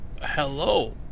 Hello